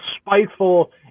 spiteful